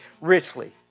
richly